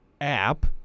app